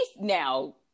now